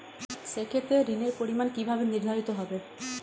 সে ক্ষেত্রে ঋণের পরিমাণ কিভাবে নির্ধারিত হবে?